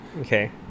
Okay